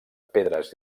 pedres